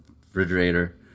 refrigerator